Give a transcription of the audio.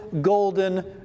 golden